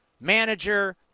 manager